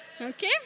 Okay